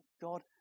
God